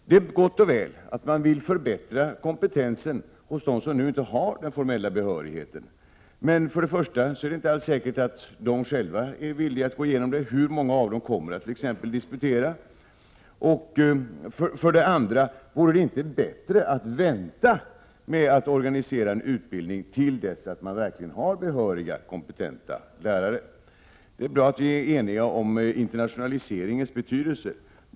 Det är gott och väl att man vill förbättra kompetensen hos dem som nu inte har den formella behörigheten. Men för det första är det inte alls säkert att de själva är villiga att gå igenom en sådan utbildning. Hur många av dem kommer exempelvis att disputera? För det andra: Vore det inte bättre att vänta med att organisera en sådan utbildning tills man verkligen har behöriga och kompetenta lärare? Det är bra att vi är eniga om internationaliseringens betydelse.